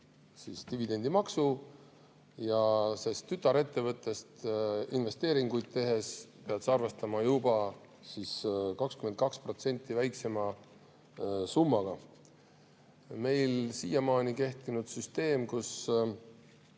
ära dividendimaksu, sest tütarettevõttest investeeringuid tehes pead sa arvestama juba 22% väiksema summaga. Meil siiamaani kehtinud süsteem,